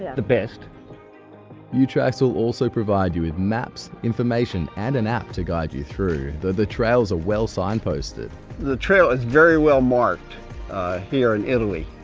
the best future acts will also provide you with maps information and an app to guide you through the the trails are well signposted the trail is very well marked here in italy,